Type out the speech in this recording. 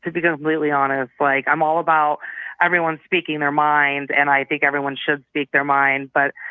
to be completely honest, like, i'm all about everyone speaking their minds, and i think everyone should speak their mind. but,